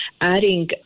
adding